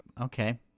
okay